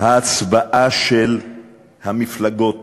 ההצבעה של המפלגות